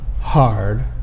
Hard